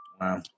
Wow